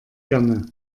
gerne